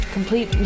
Complete